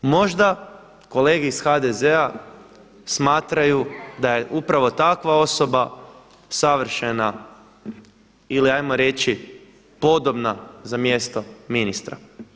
Možda kolege iz HDZ-a smatraju da je upravo takva osoba savršena ili hajmo reći podobna za mjesto ministra.